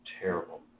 terrible